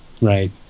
Right